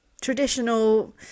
traditional